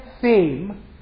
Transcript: theme